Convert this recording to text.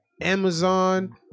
Amazon